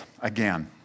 again